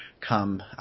come